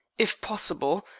if possible,